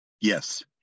yes